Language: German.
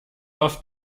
auf